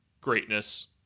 greatness